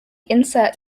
insert